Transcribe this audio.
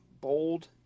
bold